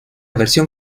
versión